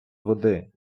води